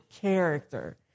character